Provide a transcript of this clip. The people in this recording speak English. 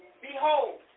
behold